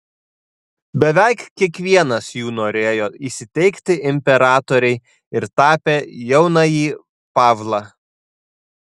beveik kiekvienas jų norėjo įsiteikti imperatorei ir tapė jaunąjį pavlą